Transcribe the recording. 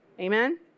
Amen